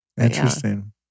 Interesting